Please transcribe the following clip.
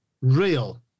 real